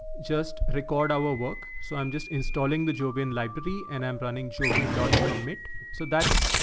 just record our work. so i'm just installing the job in library and i'm planning jovian dot commit so that's,